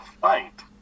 fight